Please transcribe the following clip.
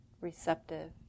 Receptive